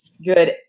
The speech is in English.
good